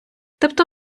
тобто